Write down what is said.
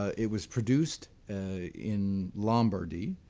it was produced in lombardy.